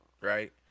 right